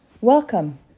welcome